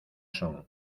son